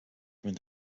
mit